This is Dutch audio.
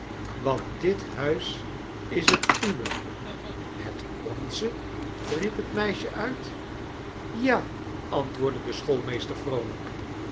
want dit huis is het uwe het onze riep het meisje uit ja antwoordde de schoolmeester vroolijk